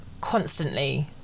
constantly